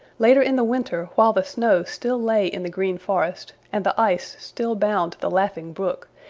later in the winter while the snow still lay in the green forest, and the ice still bound the laughing brook,